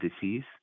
disease